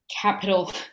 capital